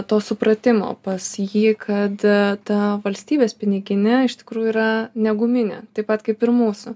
to supratimo pas jį kad ta valstybės piniginė iš tikrųjų yra ne guminė taip pat kaip ir mūsų